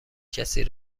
کسی